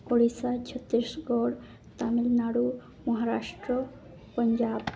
Odisha Chhattisgarh Tamil Nadu Maharashtra Punjab